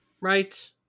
right